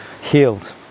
healed